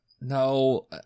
No